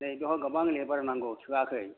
नै बावहाय गोबां लेबार नांगौ थोआखै